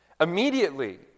Immediately